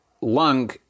lung